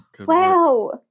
Wow